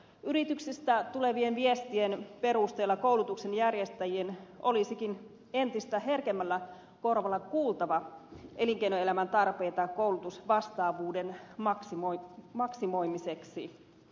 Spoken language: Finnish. yrityksistä tulevien viestien perusteella koulutuksen järjestäjien olisikin entistä herkemmällä korvalla kuultava elinkeinoelämän tarpeita koulutusvastaavuuden maksimoimiseksi